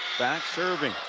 back serving.